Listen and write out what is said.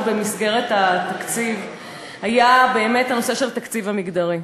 במסגרת התקציב היה באמת הנושא של התקציב המגדרי.